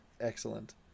excellent